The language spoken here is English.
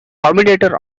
commentator